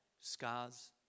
scars